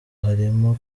harimo